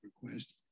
request